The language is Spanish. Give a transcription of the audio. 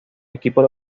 equipos